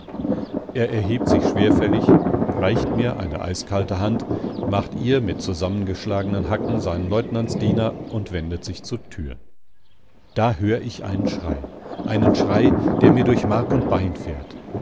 er erhebt sich schwerfällig reicht mir eine eiskalte hand macht ihr mit zusammengeschlagenen hacken seinen leutnantsdiener und wendet sich zur tür da hör ich einen schrei einen schrei der mir durch mark und bein fährt